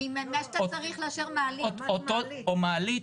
או מעלית,